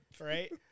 Right